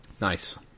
Nice